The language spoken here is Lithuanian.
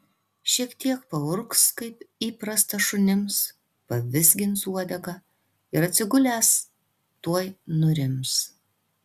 šiek tiek paurgs kaip įprasta šunims pavizgins uodega ir atsigulęs tuoj nurims